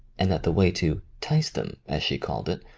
and that the way to tice them, as she called it,